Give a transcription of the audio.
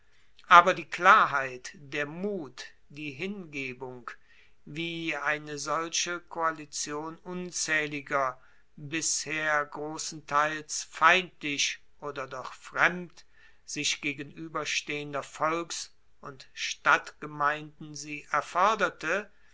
aber die klarheit der mut die hingebung wie eine solche koalition unzaehliger bisher grossenteils feindlich oder doch fremd sich gegenueberstehender volks und stadtgemeinden sie erforderte